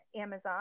Amazon